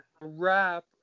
wrap